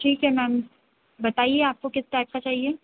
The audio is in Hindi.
ठीक है मैम बताइए आपको किस टाइप का चाहिए